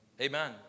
Amen